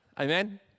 amen